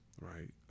right